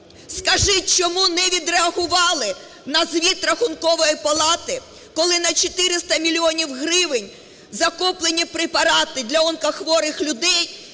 Скажіть, чому не відреагували на звіт Рахункової палати, коли на 400 мільйонів гривень закуплені препарати для онкохворих людей